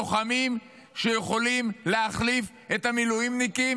לוחמים שיכולים להחליף את המילואימניקים